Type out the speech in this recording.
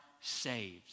saved